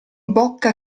bocca